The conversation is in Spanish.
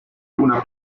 una